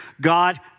God